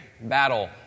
battle